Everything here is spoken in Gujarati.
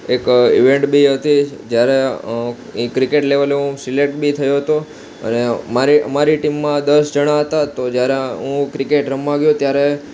એક ઇવેંટ બી હતી જ્યારે એ ક્રિકેટ લેવલે હું સિલેક્ટ બી થયો હતો અને મારી મારી ટીમમાં દસ જણા હતા તો જ્યારે હું ક્રિકેટ રમવા ગયો ત્યારે